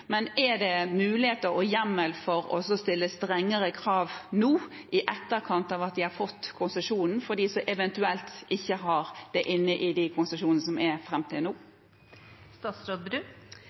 men er det muligheter og hjemmel for å stille strengere krav nå – i etterkant av at de har fått konsesjonen – til dem som eventuelt ikke har det inne i konsesjonene fram til nå? Jeg tror det er